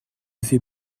fait